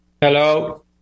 Hello